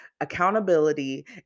Accountability